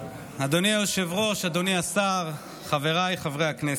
אדוני היושב-ראש, אדוני השר, חבריי חברי הכנסת,